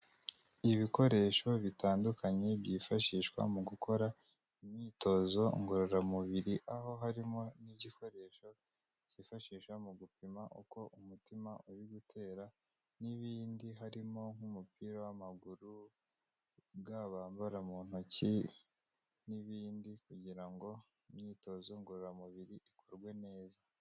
Ibikoresho bitandukanye byifashishwa mu gukora imyitozo ngororamubiri, aho harimo n'igikoresho cyifashisha mu gupima uko umutima uri gutera n'ibindi harimo nk'umupira w'amaguru, ga bambara mu ntoki n'ibindi kugira ngo imyitozo ngororamubiri ikorwe neza.